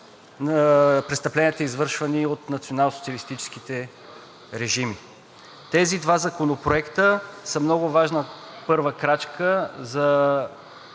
престъпленията, извършвани от националсоциалистическите режими. Тези два законопроекта са много важна първа крачка за